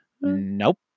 nope